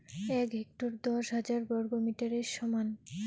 এক হেক্টর দশ হাজার বর্গমিটারের সমান